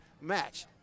match